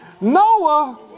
Noah